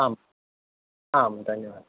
आम् आम् धन्यवादः